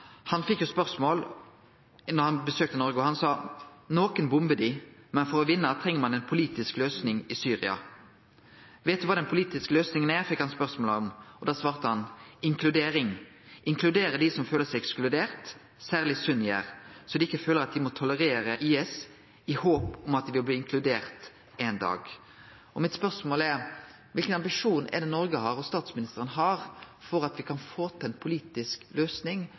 fekk spørsmål da han besøkte Noreg, og han sa: Nokon bombar dei, men for å vinne treng ein ei politisk løysing i Syria. Veit du kva den politiske løysinga er, fekk han spørsmål om. Da svarte han: inkludering, inkludere dei som føler seg ekskluderte, særleg sunniar, så dei ikkje føler at dei må tolerere IS, i håp om at dei ein dag vil bli inkluderte. Mitt spørsmål er: Kva for ambisjon er det Noreg og statsministeren har for at vi kan få til ei politisk løysing,